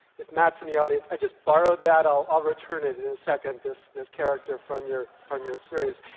if matt's in the audience, i just borrowed that, i'll return it it in a second, this this character from your from your series.